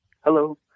Hello